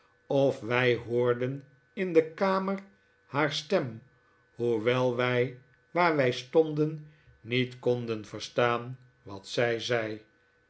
of wij hoorden in de kamer haar stem hoewel wij waar wij stonden niet konden verstaan wat zij zei